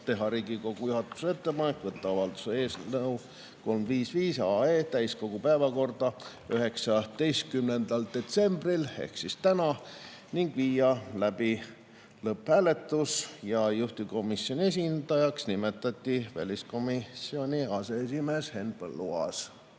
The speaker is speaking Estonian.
teha Riigikogu juhatusele ettepaneku võtta avalduse eelnõu 355 täiskogu päevakorda 19. detsembril ehk täna ning viia läbi lõpphääletus. Juhtivkomisjoni esindajaks nimetati väliskomisjoni aseesimees Henn Põlluaas.